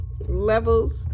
Levels